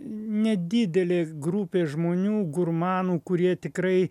nedidelė grupė žmonių gurmanų kurie tikrai